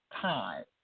time